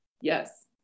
yes